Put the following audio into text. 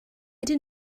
did